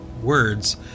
words